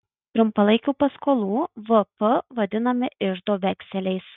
trumpalaikių paskolų vp vadinami iždo vekseliais